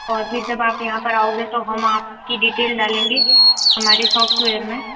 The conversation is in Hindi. और फिर जब आप यहाँ पर आओगे तो हम आपकी डिटेल डालेंगे हमारी सॉफ्टवेयर में